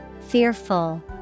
Fearful